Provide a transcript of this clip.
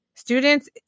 Students